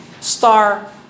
star